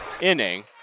inning